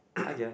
I guess